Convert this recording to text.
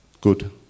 Good